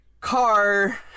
car